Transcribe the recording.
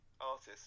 artist